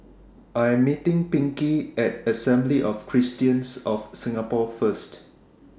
I'm meeting Pinkey At Assembly of Christians of Singapore First